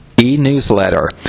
e-newsletter